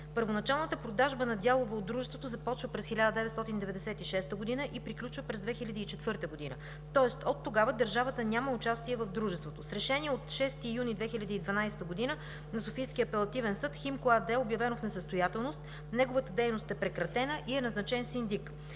Първоначалната продажба на дялове от дружеството започва през 1996 г. и приключва през 2004 г., тоест от тогава държавата няма участие в дружеството. С Решение от 6 юни 2012 г. на Софийския апелативен съд „Химко” АД е обявено в несъстоятелност, неговата дейност е прекратена и е назначен синдик.